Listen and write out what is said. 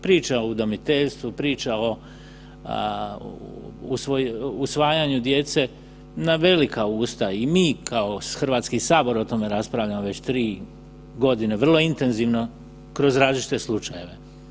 Priča o udomiteljstvu, priča o usvajanju djece na velika usta i mi kao Hrvatski sabor o tome raspravljamo već tri godine vrlo intenzivno kroz različite slučajeve.